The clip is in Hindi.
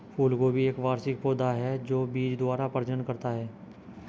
फूलगोभी एक वार्षिक पौधा है जो बीज द्वारा प्रजनन करता है